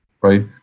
right